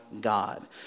God